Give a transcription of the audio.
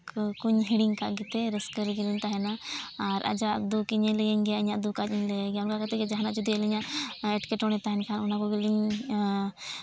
ᱫᱩᱠ ᱠᱚᱧ ᱦᱤᱲᱤᱧ ᱠᱟᱜ ᱜᱮᱛᱮ ᱨᱟᱹᱥᱠᱟᱹ ᱨᱮᱜᱤᱧ ᱛᱟᱦᱮᱱᱟ ᱟᱨ ᱟᱡᱟᱜ ᱫᱩᱠ ᱤᱧᱮ ᱞᱟᱹᱭᱟᱹᱧ ᱜᱮᱭᱟ ᱤᱧᱟᱹᱜ ᱫᱩᱠ ᱟᱡ ᱤᱧ ᱞᱟᱹᱭ ᱟᱭ ᱜᱮᱭᱟ ᱚᱱᱠᱟ ᱠᱟᱛᱮᱫ ᱜᱮ ᱡᱟᱦᱟᱱᱟᱜ ᱡᱩᱫᱤ ᱟᱹᱞᱤᱧᱟᱜ ᱮᱸᱴᱠᱮᱴᱚᱬᱮ ᱛᱟᱦᱮᱱ ᱠᱷᱟᱱ ᱚᱱᱟ ᱠᱚᱜᱮᱞᱤᱧ